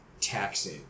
taxing